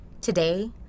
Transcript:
today